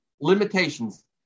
limitations